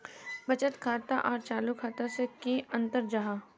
बचत खाता आर चालू खाता से की अंतर जाहा?